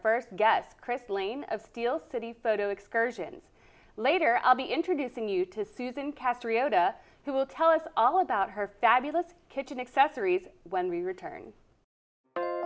first guest chris blaine of steel city photo excursions later i'll be introducing you to susan castor yoda who will tell us all about her fabulous kitchen accessories when we return to